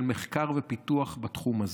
של מחקר ופיתוח בתחום הזה.